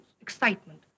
excitement